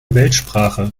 weltsprache